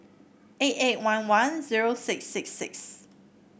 eight eight one one zero six six six